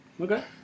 Okay